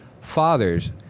fathers